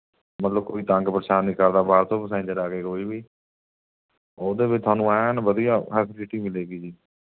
ਮਤਲਬ ਕੋਈ ਤੰਗ ਪ੍ਰੇਸ਼ਾਨ ਨਹੀਂ ਕਰਦਾ ਬਾਹਰ ਤੋਂ ਪਸੈਂਜਰ ਆ ਕੇ ਕੋਈ ਵੀ ਉਹਦੇ ਵਿੱਚ ਤੁਹਾਨੂੰ ਐਨ ਵਧੀਆ ਫੈਸੇਲੀਟੀ ਮਿਲੇਗੀ ਜੀ